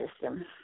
system